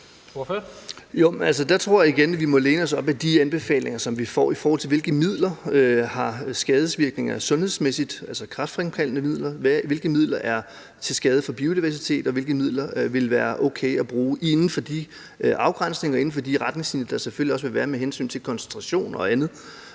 tror jeg igen, at vi må læne os op ad de anbefalinger, som vi får i forhold til, hvilke midler der har sundhedsmæssige skadevirkninger – altså kræftfremkaldende midler – hvilke midler der er til skade for biodiversiteten, og hvilke midler det ville være okay at bruge inden for de afgrænsninger og de retningslinjer, der selvfølgelig også vil være med hensyn til koncentration og andet.